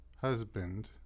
husband